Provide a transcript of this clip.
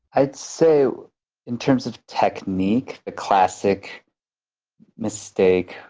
i'd say in terms of technique, the classic mistake